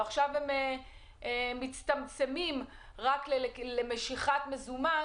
ופתאום זה מצטמצם רק למשיכת מזומן,